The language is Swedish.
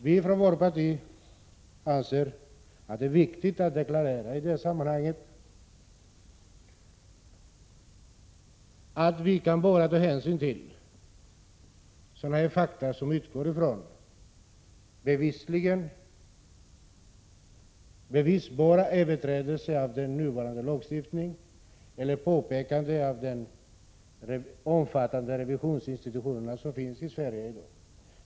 Vi anser från vårt parti att det är viktigt att i detta sammanhang deklarera att vi bara kan ta hänsyn till sådana fakta som utgår från bevisbara överträdelser av den nuvarande lagstiftningen eller påpekanden från de rätt omfattande revisionsinstitutioner som finns i Sverige i dag.